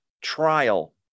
trial